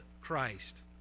Christ